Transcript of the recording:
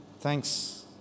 Thanks